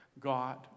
God